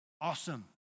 Awesome